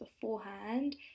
beforehand